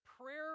prayer